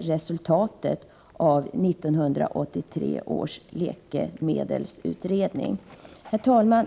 resultatet av 1983 års läkemedelsutredning har redovisats. Herr talman!